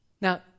Now